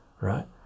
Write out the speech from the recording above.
right